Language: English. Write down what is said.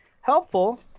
helpful